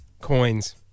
Coins